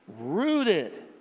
rooted